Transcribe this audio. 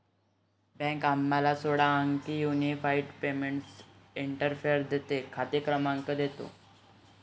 bank आम्हाला सोळा अंकी युनिफाइड पेमेंट्स इंटरफेस देते, खाते क्रमांक देतो